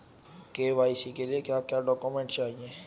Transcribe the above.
KYC के लिए क्या क्या डॉक्यूमेंट चाहिए?